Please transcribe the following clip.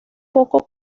poco